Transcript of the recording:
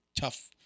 tough